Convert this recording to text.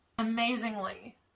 Amazingly